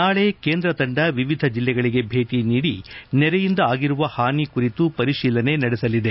ನಾಳೆ ಕೇಂದ್ರ ತಂಡ ವಿವಿಧ ಜಿಲ್ಲೆಗಳಿಗೆ ಭೇಟಿ ನೀಡಿ ನೆರೆಯಿಂದ ಆಗಿರುವ ಹಾನಿ ಕುರಿತು ಪರಿಶೀಲನೆ ನಡೆಸಲಿದೆ